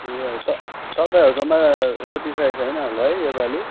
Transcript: ए हजुर तप तपाईँहरूकोमा रोपिसकेको छैन होला है यो पाली